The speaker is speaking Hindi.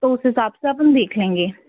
तो उस हिसाब से अपन देख लेंगे